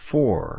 Four